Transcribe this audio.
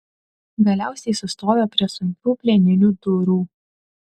galiausiai sustojo prie sunkių plieninių durų